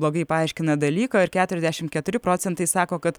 blogai paaiškina dalyką ir keturiasdešimt keturi procentai sako kad